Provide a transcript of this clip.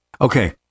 Okay